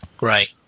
Right